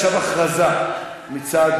עכשיו הודעה לסגן